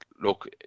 look